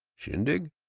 shindig?